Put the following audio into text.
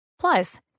Plus